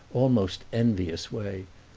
almost envious way,